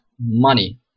money